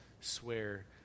swear